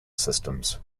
systems